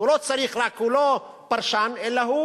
הוא לא צריך רק, הוא לא פרשן, אלא הוא